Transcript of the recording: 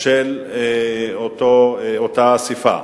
של אותה אספה.